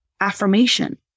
affirmation